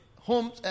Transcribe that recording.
home